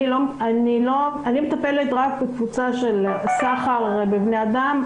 אני מטפלת רק בקבוצה של סחר בבני אדם.